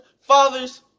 fathers